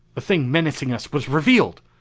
the thing menacing us was revealed!